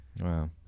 Wow